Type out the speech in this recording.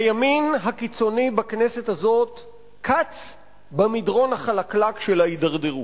הימין הקיצוני בכנסת הזאת קץ במדרון החלקלק של ההידרדרות.